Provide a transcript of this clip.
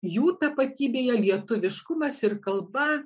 jų tapatybėje lietuviškumas ir kalba